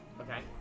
Okay